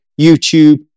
YouTube